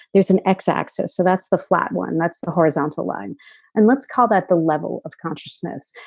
there's an x axis so that's the flat one. that's the horizontal line and let's call that the level of consciousness.